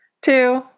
Two